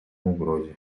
угрозе